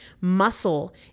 Muscle